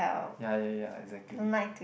ya ya ya exactly